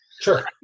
Sure